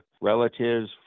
relatives